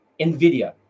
nvidia